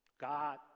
God